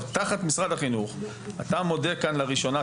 אתה מודה כאן לראשונה,